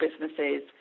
businesses